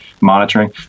monitoring